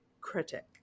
critic